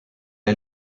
est